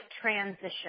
transition